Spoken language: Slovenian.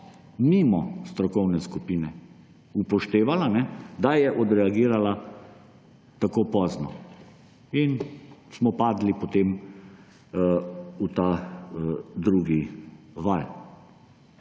mimo strokovne skupine upoštevala, da je odreagirala tako pozno. In smo padli potem v ta drugi val.